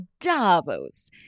Davos